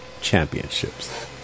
Championships